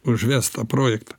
užvest tą projektą